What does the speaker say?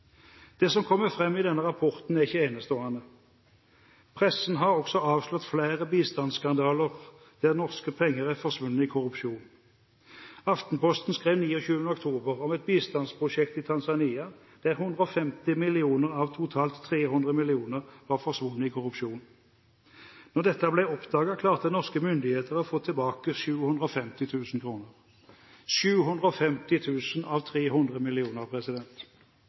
Det som kommer fram i denne rapporten, er ikke enestående. Pressen har også avslørt flere bistandsskandaler der norske penger er forsvunnet i korrupsjon. Aftenposten skrev 29. oktober om et bistandsprosjekt i Tanzania, der 150 mill. kr av totalt 300 mill. kr var forsvunnet i korrupsjon. Da dette ble oppdaget, klarte norske myndigheter å få tilbake 750 000 kr – 750 000 kr av 300